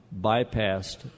bypassed